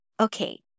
Okay